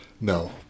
No